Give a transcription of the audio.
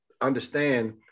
understand